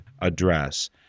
address